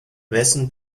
wessen